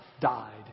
died